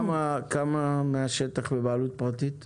כמה מן השטח נמצא בבעלות פרטית?